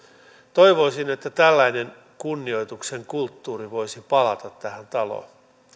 toivoisin että tällainen kunnioituksen kulttuuri voisi palata tähän taloon